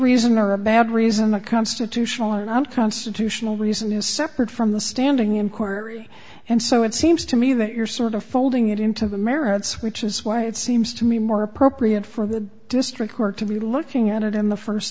reason or a bad reason a constitutional or not constitutional reason is separate from the standing inquiry and so it seems to me that you're sort of folding it into the merits which is why it seems to me more appropriate for the district court to be looking at it in the first